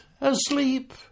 asleep